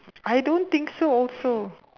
I don't think so also